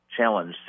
challenge